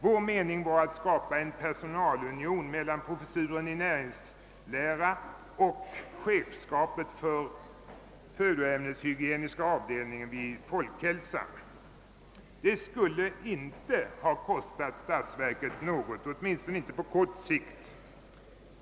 Vår mening var att skapa en personalunion mellan professuren i näringslära och chefskapet för födoämneshygieniska avdelningen vid folkhälsan. Det skulle inte kosta statsverket något, åtminstone inte på kort sikt.